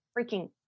freaking